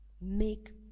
make